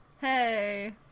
Hey